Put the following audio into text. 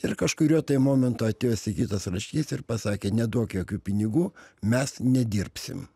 ir kažkuriuo momentu atėjo sigitas račkys ir pasakė neduok jokių pinigų mes nedirbsim